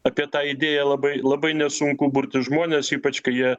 apie tą idėją labai labai nesunku burti žmones ypač kai jie